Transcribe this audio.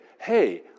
hey